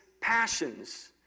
passions